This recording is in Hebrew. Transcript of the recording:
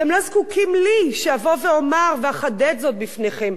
אתם לא זקוקים לי שאבוא ואומר ואחדד זאת בפניכם.